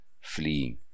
fleeing